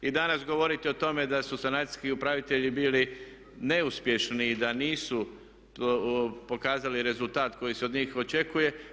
I danas govorite o tome da su sanacijski upravitelji bili neuspješni i da nisu pokazali rezultat koji se od njih očekuje.